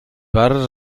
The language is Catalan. barres